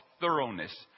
thoroughness